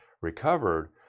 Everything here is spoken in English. recovered